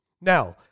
Now